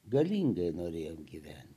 galingai norėjome gyventi